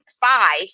five